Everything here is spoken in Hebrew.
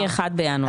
מ-1 בינואר.